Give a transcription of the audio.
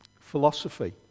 Philosophy